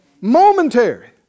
momentary